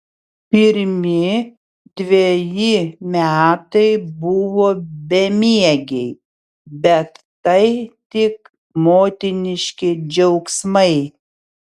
pirmi dveji metai buvo bemiegiai bet tai tik motiniški džiaugsmai